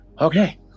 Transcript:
okay